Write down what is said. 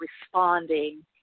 responding